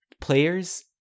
players